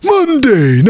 Monday